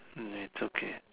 hmm it's okay